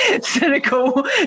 cynical